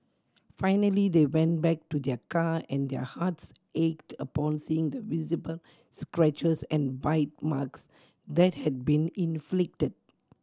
finally they went back to their car and their hearts ached upon seeing the visible scratches and bite marks that had been inflicted